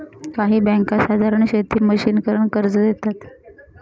काही बँका साधारण शेती मशिनीकरन कर्ज देतात